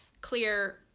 clear